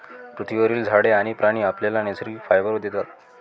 पृथ्वीवरील झाडे आणि प्राणी आपल्याला नैसर्गिक फायबर देतात